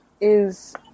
is-